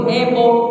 able